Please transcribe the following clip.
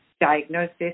diagnosis